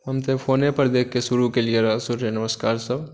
हम तऽ फोनेपर देखिकेँ शुरू केलियै रहए सूर्य नमस्कारसभ